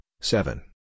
seven